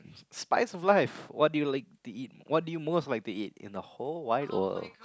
Spice of Life what do you like to eat what do you most like to eat in the whole wide world